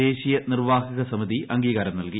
ദേശീയ നിർവാഹക സമിതി അംഗീകാരം നൽകി